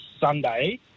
Sunday